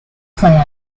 planned